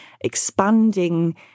expanding